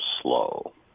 slow